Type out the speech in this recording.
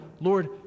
Lord